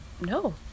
no